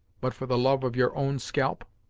but for the love of your own scalp?